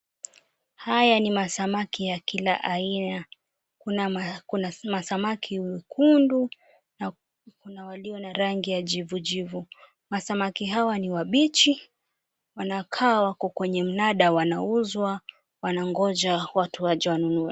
Haya ni masamaki ya kila aina kuna masamaki wekundu na kuna walio na rangi ya jivu jivu, masamaki hawa ni wabichi wanakaba wako kwenye mnada wanauzwa wanangoja watu waje wanunue.